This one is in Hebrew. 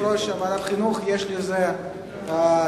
יושב-ראש ועדת החינוך, יש לזה תקנון.